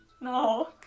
No